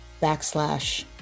backslash